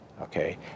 okay